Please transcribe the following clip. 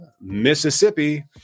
Mississippi